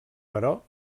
però